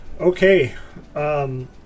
Okay